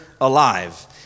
alive